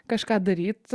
kažką daryt